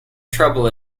trouble